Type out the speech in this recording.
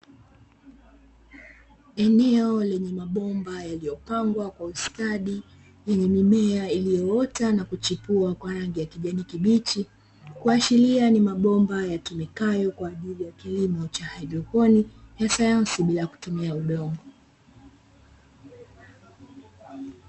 Eneo lenye mabomba yaliyopangwa kwa ustadi, yenye mimea iliyoota na kuchipua kwa rangi ya kijani kibichi, kuashiria ni mabomba yatumikayo kwa ajili ya kilimo cha haidroponi, ya sayansi bila kutumia udongo.